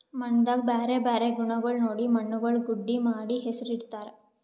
ಮಣ್ಣದಾಗ್ ಬ್ಯಾರೆ ಬ್ಯಾರೆ ಗುಣಗೊಳ್ ನೋಡಿ ಮಣ್ಣುಗೊಳ್ ಗುಡ್ಡಿ ಮಾಡಿ ಹೆಸುರ್ ಇಡತ್ತಾರ್